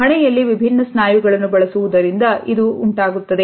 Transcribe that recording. ಹಣೆಯಲ್ಲಿ ವಿಭಿನ್ನ ಸ್ನಾಯುಗಳನ್ನು ಬಳಸುವುದರಿಂದ ಇದು ಉಂಟಾಗುತ್ತದೆ